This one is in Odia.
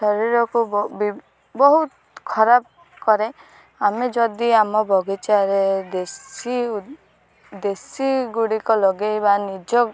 ଶରୀରକୁ ବହୁତ ଖରାପ କରେ ଆମେ ଯଦି ଆମ ବଗିଚାରେ ଦେଶୀ ଦେଶୀଗୁଡ଼ିକ ଲଗାଇବା ନିଜ